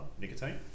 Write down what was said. nicotine